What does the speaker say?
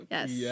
Yes